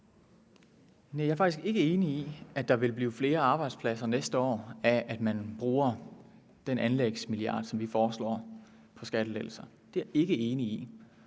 jeg er faktisk ikke enig i, at der vil blive flere arbejdspladser næste år af, at man bruger den anlægsmilliard, som vi foreslår, på skattelettelser. Det er jeg ikke enig i.